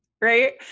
right